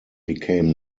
became